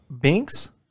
Binks